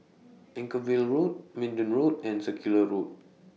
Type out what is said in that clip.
Anchorvale Road Minden Road and Circular Road